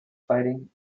fighting